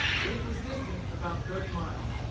which was distant about thirty miles.